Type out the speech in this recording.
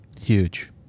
Huge